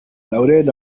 lauren